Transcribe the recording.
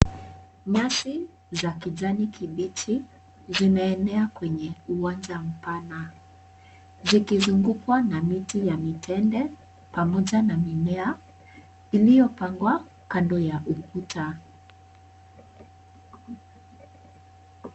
Nyasi za kijani kibichi zimeenea kwenye uwanja mpana zikizungukwa na miti ya mitende pamoja na mimea iliyopandwa kando ya ukuta.